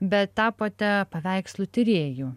bet tapote paveikslų tyrėju